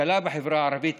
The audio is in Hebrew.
הכלכלה בחברה הערבית,